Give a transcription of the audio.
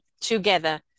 together